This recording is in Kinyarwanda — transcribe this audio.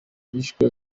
yishwe